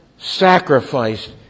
sacrificed